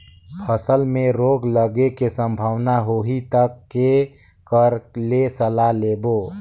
फसल मे रोग लगे के संभावना होही ता के कर ले सलाह लेबो?